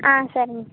ஆ சரிங்க